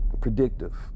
predictive